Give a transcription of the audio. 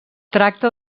tracta